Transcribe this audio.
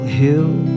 hill